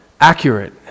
accurate